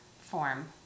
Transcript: form